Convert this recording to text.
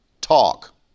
talk